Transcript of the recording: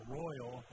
royal